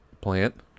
plant